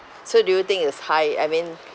so do you think is high I mean